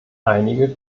einige